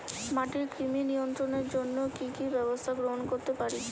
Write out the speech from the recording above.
মাটির কৃমি নিয়ন্ত্রণের জন্য কি কি ব্যবস্থা গ্রহণ করতে পারি?